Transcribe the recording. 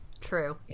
true